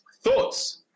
Thoughts